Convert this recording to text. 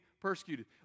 persecuted